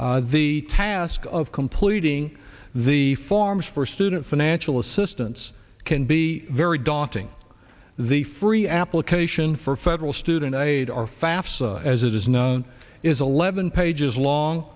the task of completing the forms for student financial assistance can be very daunting the free application for federal student aid are found as it is known is eleven pages long